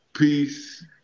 peace